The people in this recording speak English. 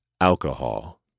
alcohol